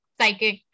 psychic